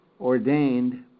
ordained